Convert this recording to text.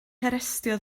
harestio